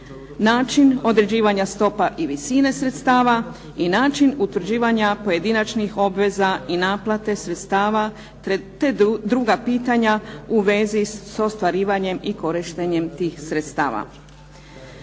način određivanja stopa i visine sredstava i način utvrđivanja pojedinačnih obveza i naplate sredstava te druga pitanja u vezi s ostvarivanjem i korištenjem tih sredstava.